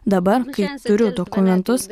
dabar kai turiu dokumentus